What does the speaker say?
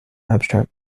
abstract